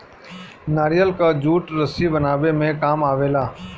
नारियल कअ जूट रस्सी बनावे में काम आवेला